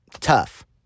tough